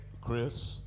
Chris